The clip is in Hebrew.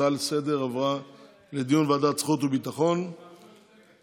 ההצעה לסדר-היום עברה לדיון בוועדת החוץ והביטחון.